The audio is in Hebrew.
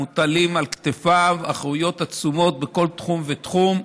מוטלות על כתפיו אחריויות עצומות בכל תחום ותחום,